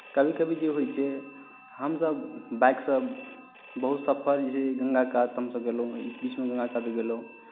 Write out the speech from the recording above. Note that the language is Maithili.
कभी कभी जे होइ छै हमसभ बाइकसँ बहुत सफर जे छै गङ्गा कात हमसभ गेलहुँ बीच बीचमे गङ्गा कात गेलहुँ